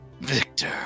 Victor